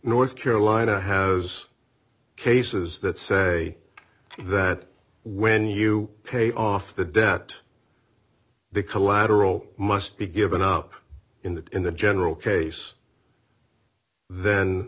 north carolina has cases that say that when you pay off the debt the collateral must be given up in the in the general case then